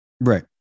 Right